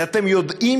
ואתם יודעים